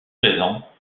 présents